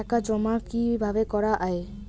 টাকা জমা কিভাবে করা য়ায়?